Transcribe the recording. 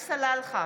עלי סלאלחה,